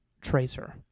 tracer